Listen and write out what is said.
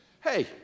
hey